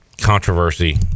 controversy